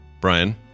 Brian